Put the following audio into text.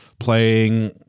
playing